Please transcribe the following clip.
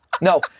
No